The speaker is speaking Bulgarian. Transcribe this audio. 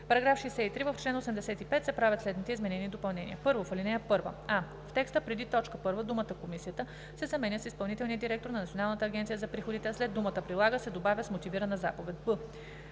§ 63: „§ 63. В чл. 85 се правят следните изменения и допълнения: 1. В ал. 1: а) в текста преди т. 1 думата „Комисията“ се заменя с „Изпълнителният директор на Националната агенция за приходите“, а след думата „прилага“ се добавя „с мотивирана заповед“;